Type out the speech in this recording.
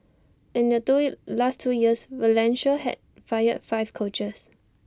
and in the last two years Valencia had fired five coaches